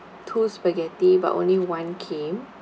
two spaghetti but only one came